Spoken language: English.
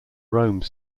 rome